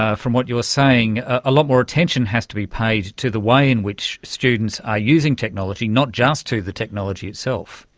ah from what you're saying, a lot more attention has to be paid to the way in which students are using technology, not just to the technology itself.